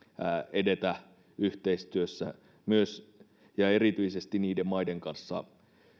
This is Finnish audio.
edetä yhteistyössä myös ja erityisesti niiden maiden kanssa